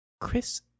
Chris